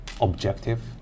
objective